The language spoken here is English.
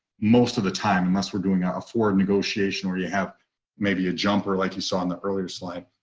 most of the time, unless we're doing ford negotiation or you have maybe a jumper like you saw in the earlier slide.